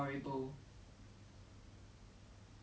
into like such a small thing that is